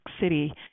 City